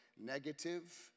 negative